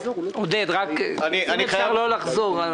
אם אפשר רק לא לחזור על דברים.